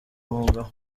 umugabo